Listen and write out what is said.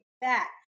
back